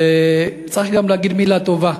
צריך להגיד מילה טובה